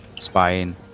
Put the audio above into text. Spying